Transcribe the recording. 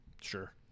Sure